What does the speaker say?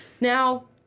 Now